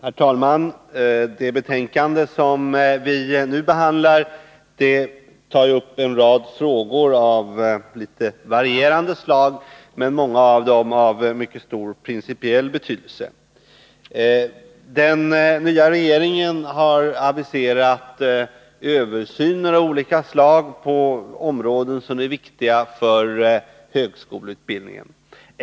Herr talman! Det betänkande som vi nu behandlar tar upp en rad frågor av litet varierande slag, många av dem av mycket stor principiell betydelse. Den nya regeringen har aviserat översyner av olika slag på områden som är viktiga för högskoleutbildningen.